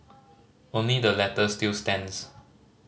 only the latter still stands